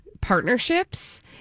partnerships